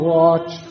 watch